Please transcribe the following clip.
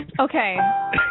Okay